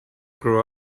grew